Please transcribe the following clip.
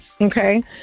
Okay